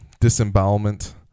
disembowelment